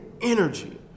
energy